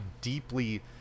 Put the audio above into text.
deeply